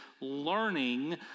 learning